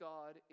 God